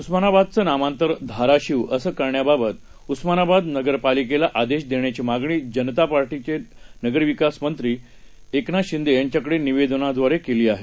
उस्मानाबादचं नामांतर धाराशिव असं करण्याबाबत उस्मानाबाद नगरपालिकेला आदेश देण्याची मागणी भारतीय जनता पार्टीनं नगरविकास मंत्री एकनाथ शिंदे यांच्याकडे निवेदनाद्वारे केली आहे